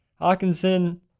Hawkinson